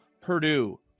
Purdue